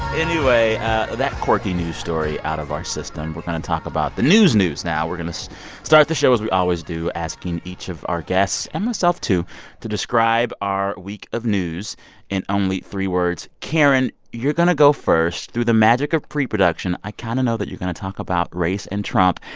anyway that quirky news story out of our system, we're going to talk about the news news now. we're going to so start the show as we always do, asking each of our guests and myself, too to describe our week of news in only karen, you're going to go first. through the magic of preproduction, i kind of know that you're going to talk about race and trump.